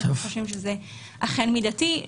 אנחנו חושבים שזה אכן מידתי,